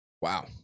Wow